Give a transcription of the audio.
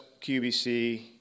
QBC